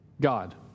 God